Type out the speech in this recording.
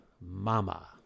Mama